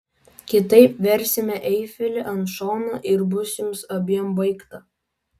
kitaip versime eifelį ant šono ir bus jums abiem baigta